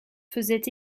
faisait